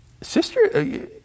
Sister